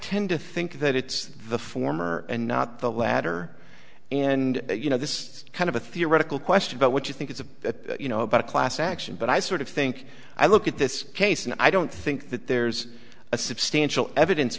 tend to think that it's the former and not the latter and you know this is kind of a theoretical question about what you think is a you know about a class action but i sort of think i look at this case and i don't think that there's a substantial evidence